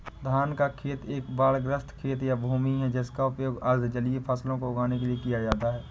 धान का खेत एक बाढ़ग्रस्त खेत या भूमि है जिसका उपयोग अर्ध जलीय फसलों को उगाने के लिए किया जाता है